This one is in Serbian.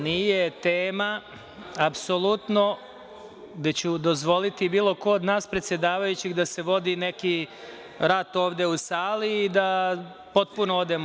Nije tema apsolutno gde će dozvoliti bilo ko od nas predsedavajućih da se vodi neki rat ovde u sali i da potpuno odemo